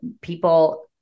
people